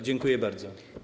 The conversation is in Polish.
Dziękuję bardzo.